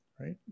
right